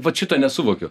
vat šito nesuvokiu